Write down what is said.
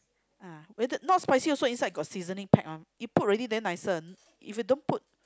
ah whether not spicy also inside also got seasoning pack one you put already then nicer if you don't put